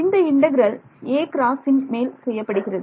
இந்த integral a ன் மேல் செய்யப்படுகிறது